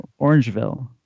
Orangeville